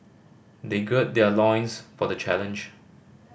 they gird their loins for the challenge